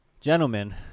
gentlemen